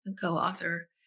co-author